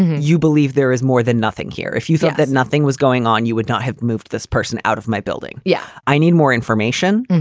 you believe there is more than nothing here. if you think that nothing was going on, you would not have moved this person out of my building. yeah. i need more information.